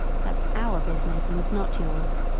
that's our business and not yours.